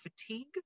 fatigue